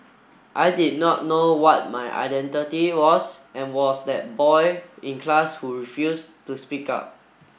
I did not know what my identity was and was that boy in class who refused to speak up